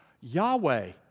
Yahweh